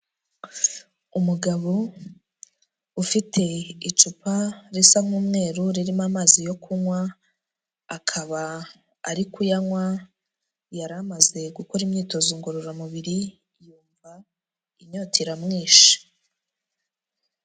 Umugabo ufite icupa risa nk'umweru ririmo amazi yo kunywa, akaba ari kuyanywa yari amaze gukora imyitozo ngororamubiri yumva inyota iramwishe.